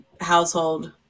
household